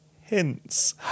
hints